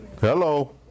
Hello